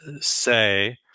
say